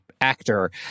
actor